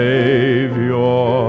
Savior